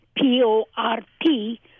P-O-R-T